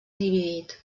dividit